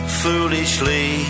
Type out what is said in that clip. foolishly